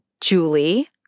Julie